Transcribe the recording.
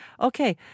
okay